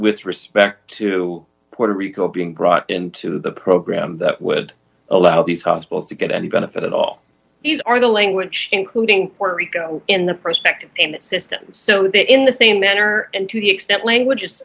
with respect to puerto rico being brought into the program that would allow these hospitals to get any benefit at all these are the language chain quoting puerto rico in the prospective payment system so that in the same manner and to the extent language